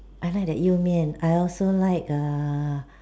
I like that You-Mian I also like err